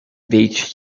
beach